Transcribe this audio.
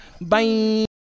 Bye